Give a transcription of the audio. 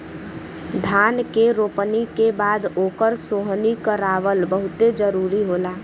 धान के रोपनी के बाद ओकर सोहनी करावल बहुते जरुरी होला